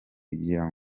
kugira